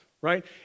right